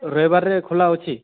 ରବିବାରରେ ଖୋଲା ଅଛି